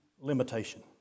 Limitation